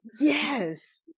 Yes